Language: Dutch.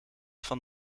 van